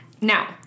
Now